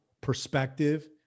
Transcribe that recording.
perspective